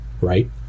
right